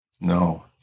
No